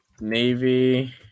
Navy